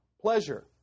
Pleasure